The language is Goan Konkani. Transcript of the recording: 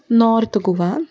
नोर्थ गोवा